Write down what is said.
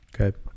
Okay